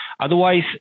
Otherwise